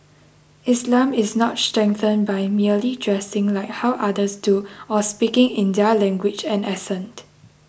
Islam is not strengthened by merely dressing like how others do or speaking in their language and accent